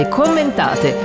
commentate